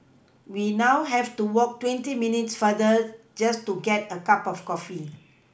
we now have to walk twenty minutes farther just to get a cup of coffee